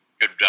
good